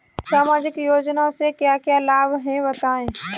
सामाजिक योजना से क्या क्या लाभ हैं बताएँ?